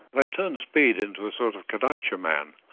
they've turned speed into a sort of kadaitcha man.